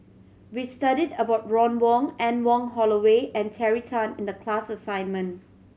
we studied about Ron Wong Anne Wong Holloway and Terry Tan in the class assignment